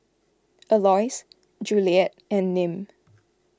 Alois Juliette and Nim